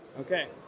Okay